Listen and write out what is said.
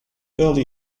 early